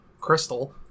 crystal